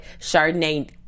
Chardonnay